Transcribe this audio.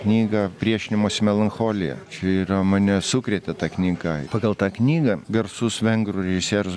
knygą priešinimosi melancholija čia yra mane sukrėtė ta knyga pagal tą knygą garsus vengrų režisierius